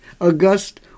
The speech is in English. August